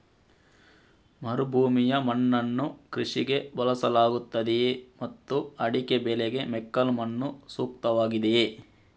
ಮರುಭೂಮಿಯ ಮಣ್ಣನ್ನು ಕೃಷಿಗೆ ಬಳಸಲಾಗುತ್ತದೆಯೇ ಮತ್ತು ಅಡಿಕೆ ಬೆಳೆಗೆ ಮೆಕ್ಕಲು ಮಣ್ಣು ಸೂಕ್ತವಾಗಿದೆಯೇ?